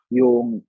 yung